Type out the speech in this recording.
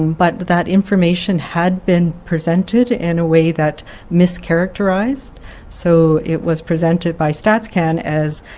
but but that information had been presented in a way that mischaracterized so it was presented by stats can as